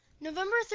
November